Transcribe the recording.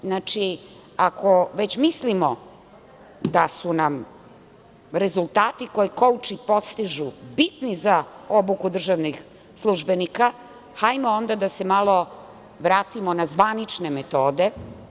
Znači, ako već mislimo da su nam rezultati koje kouči postiži bitni za obuku državnih službenika, hajdemo onda da se malo vratimo na zvanične metode.